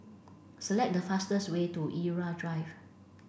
select the fastest way to Irau Drive